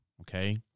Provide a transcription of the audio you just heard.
okay